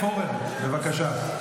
חבר הכנסת עודד פורר, בבקשה.